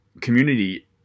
community